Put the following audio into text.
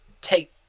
Take